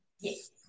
yes